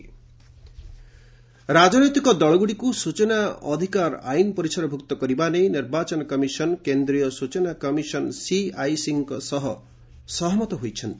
ECI clarification ରାଜନୈତିକ ଦଳଗୁଡିକୁ ସୂଚନା ଅଧିକାରୀ ଆଇନ ପରିସରଭୁକ୍ତ କରିବା ନେଇ ନିର୍ବାଚନ କମିଶନ କେନ୍ଦ୍ରୀୟ ସୂଚନା କମିଶନ ସିଆଇସିଙ୍କ ସହମତ ହୋଇଛନ୍ତି